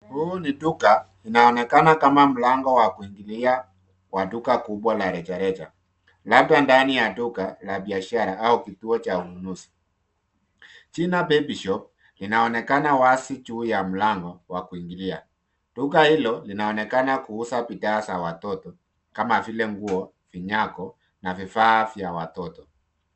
Huu ni duka, inaonekana kama mlango wa kuingilia wa duka kubwa la rejareja , labda ndani ya duka la biashara la rejareja au kituo cha ununuzi. Jina baby shop linaonekana wazi juu ya mlango wa kuingililia. Duka hilo linaonekana kuuza bidhaa za watoto kama vile nguo, vinyago na vifaa vya watoto.